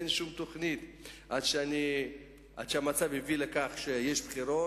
אין שום תוכנית עד שהמצב הביא לכך שהיו בחירות.